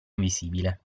invisibile